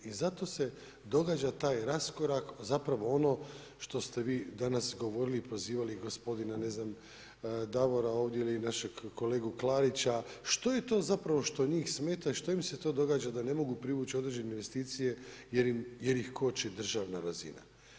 I zato se događa taj raskorak zapravo ono što ste vi danas govorili i prozivali gospodina Davora ovdje ili našeg kolegu Klarića što je to zapravo što njih smeta i što im se to događa da ne mogu privući određene investicije jer ih koči državna razina.